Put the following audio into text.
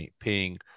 paying